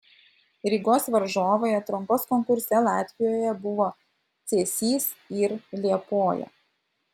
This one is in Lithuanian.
rygos varžovai atrankos konkurse latvijoje buvo cėsys ir liepoja